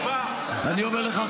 אני אומר לך,